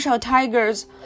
tigers